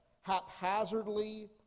haphazardly